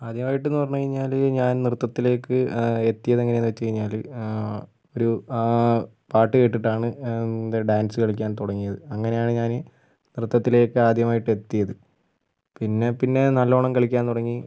ആദ്യമായിട്ടെന്ന് പറഞ്ഞുകഴിഞ്ഞാല് ഞാൻ നൃത്തത്തിലേക്ക് എത്തിയതെങ്ങനെയെന്ന് വെച്ചുകഴിഞ്ഞാല് ഒരു പാട്ടുകേട്ടിട്ടാണ് ഡാൻസ് കളിക്കാൻ തുടങ്ങിയത് അങ്ങനെയാണ് ഞാന് നൃത്തത്തിലെക്ക് ആദ്യമായിട്ട് എത്തിയത് പിന്നെ പിന്നെ നല്ലോണ്ണം കളിക്കാൻ തുടങ്ങി